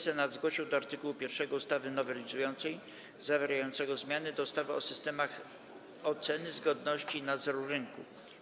Senat zgłosił do art. 1 ustawy nowelizującej zawierającego zmiany do ustawy o systemach oceny zgodności i nadzoru rynku.